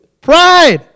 Pride